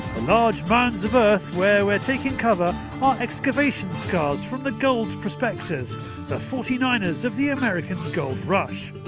the large mounds of earth where we're taking cover are excavation scars from the gold prospectors the forty-niners of the american gold rush.